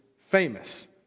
famous